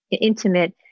intimate